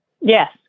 Yes